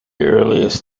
earliest